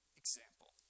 example